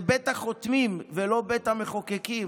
זה בית החותמים ולא בית המחוקקים.